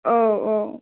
औ औ